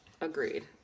Agreed